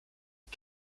die